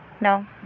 No